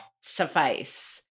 suffice